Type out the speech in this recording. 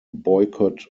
boycott